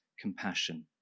compassion